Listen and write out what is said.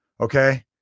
okay